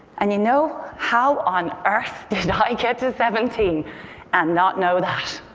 and you know, how on earth did i get to seventeen and not know that?